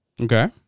Okay